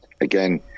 again